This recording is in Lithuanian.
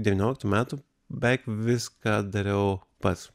devynioliktų metų beveik viską dariau pats